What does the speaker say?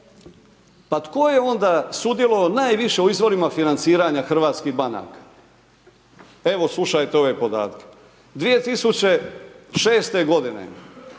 pa tko je onda sudjelovao najviše u izvorima financiranja hrvatskih banaka? Evo slušajte ove podatke. 2006. godine